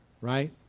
right